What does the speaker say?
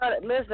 Listen